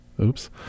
Oops